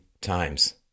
times